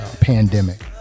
pandemic